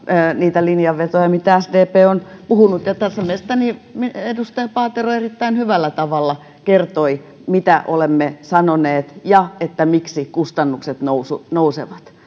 niitä linjanvetoja mistä sdp on puhunut tässä mielestäni edustaja paatero erittäin hyvällä tavalla kertoi mitä olemme sanoneet ja miksi kustannukset nousevat nousevat